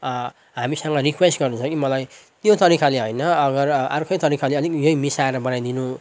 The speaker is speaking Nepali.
हामीसँग रिक्वेस्ट गर्नुहुन्छ कि उहाँहरूलाई त्यो तरिकाले हैन अगर अर्कै तरिकाले अलिक यही मिसाएर बनाइदिनु